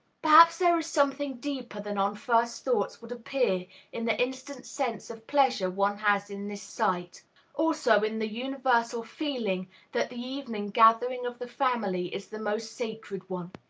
perhaps there is something deeper than on first thoughts would appear in the instant sense of pleasure one has in this sight also, in the universal feeling that the evening gathering of the family is the most sacred one.